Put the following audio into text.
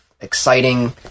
exciting